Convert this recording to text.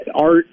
art